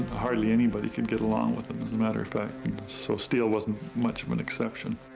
hardly anybody could get along with him as a matter of fact so steele wasn't much of an exception.